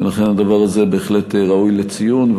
ולכן הדבר הזה בהחלט ראוי לציון,